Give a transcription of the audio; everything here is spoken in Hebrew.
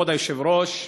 כבוד היושב-ראש,